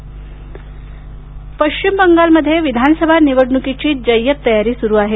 पश्चिम बंगाल पश्चिम बंगालमध्ये विधानसभा निवडणुकीची जय्यत तयारी सुरू आहे